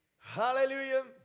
Hallelujah